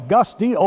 Gusty